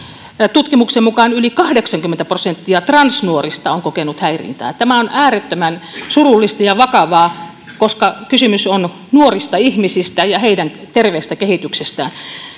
tutkimuksen mukaan yli kahdeksankymmentä prosenttia transnuorista on kokenut häirintää tämä on äärettömän surullista ja vakavaa koska kysymys on nuorista ihmisistä ja heidän terveestä kehityksestään sitten